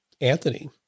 Anthony